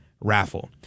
raffle